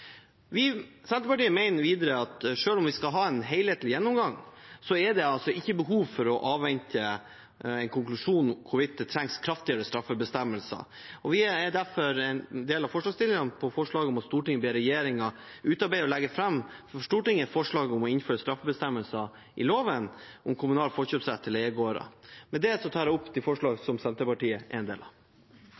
Senterpartiet mener videre at selv om vi skal ha en helhetlig gjennomgang, er det ikke behov for å avvente en konklusjon om hvorvidt det trengs kraftigere straffebestemmelser. Vi er derfor en del av forslagsstillerne når det gjelder forslaget til vedtak om at Stortinget ber regjeringen utarbeide og legge fram for Stortinget et forslag om å innføre straffebestemmelser i loven om kommunal forkjøpsrett til leiegårder. Med det tar jeg opp det forslaget som Senterpartiet